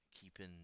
keeping